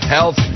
Health